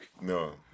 No